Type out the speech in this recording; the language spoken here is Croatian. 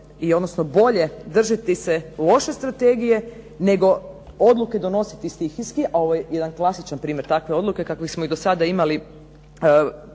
odnosno bolje držati se loše strategije, nego odluke donositi stihijski, a ovo je jedan klasičan primjer takve odluke, kakve smo i do sada imali